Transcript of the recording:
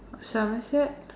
Somerset